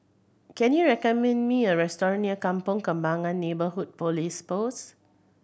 can you recommend me a restaurant near Kampong Kembangan Neighbourhood Police Post